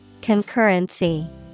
Concurrency